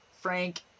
Frank